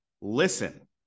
listen